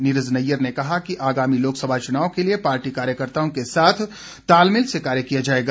नीरज नैयर ने कहा कि आगामी लोकसभा चुनाव के लिए पार्टी कार्यकर्ताओं के साथ तालमेल से कार्य किया जाएगा